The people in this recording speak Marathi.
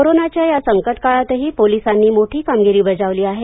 कोरोनाच्या या संकटकाळातही पोलिसांनी मोठी कामगिरी बजावली आहे